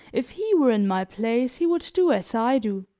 if he were in my place he would do as i do!